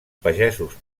pagesos